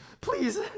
Please